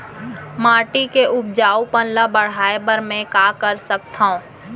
माटी के उपजाऊपन ल बढ़ाय बर मैं का कर सकथव?